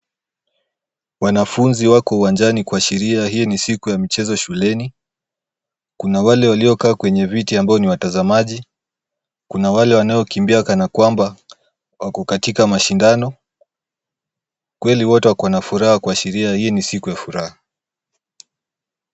Wanafunza wako uwanjani kuashiria hii ni siku ya michezo shuleni, kuna wale waliokaa kwenye viti ambao ni watazamaji, kuna wale wanaokimbia kana kwamba wako katika mashindano kweli wote wakona furaha kuashiria hii ni siku ya furaha.